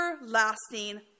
Everlasting